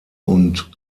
und